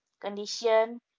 Condition